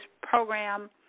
program